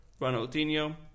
Ronaldinho